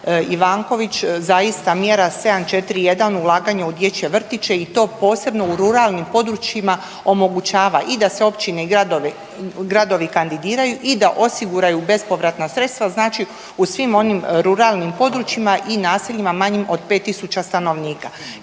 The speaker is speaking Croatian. Ivanović zaista mjera 741 ulaganje u dječje vrtiće i to posebno u ruralnim područjima omogućava i da se općine i gradovi kandidiraju i da osiguraju bespovratna sredstva, znači u svim onim ruralnim područjima i naseljima manjima od 5 tisuća stanovnika.